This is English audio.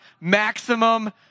maximum